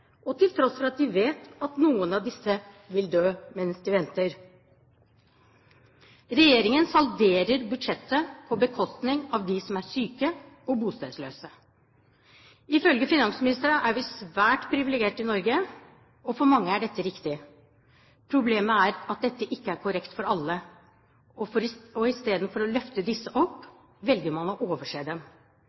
og til tross for at man vet at noen av disse vil dø mens de venter. Regjeringen salderer budsjettet på bekostning av dem som er syke og bostedsløse. Ifølge finansministeren er vi svært privilegert i Norge. For mange er dette riktig. Problemet er at dette ikke er korrekt for alle, og i stedet for å løfte disse opp velger man å overse dem.